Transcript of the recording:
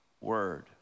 word